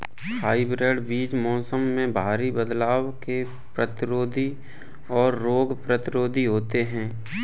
hybrid बीज मौसम में भारी बदलाव के प्रतिरोधी और रोग प्रतिरोधी होते हैं